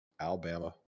Alabama